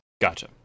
Gotcha